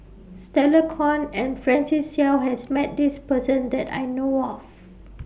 Stella Kon and Francis Seow has Met This Person that I know of